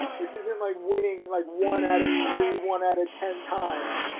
this isn't like winning like one out of three, one out of ten times,